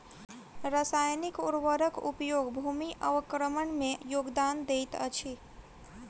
रासायनिक उर्वरक उपयोग भूमि अवक्रमण में योगदान दैत अछि